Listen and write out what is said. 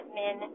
men